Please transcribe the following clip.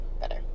better